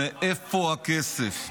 מאיפה הכסף.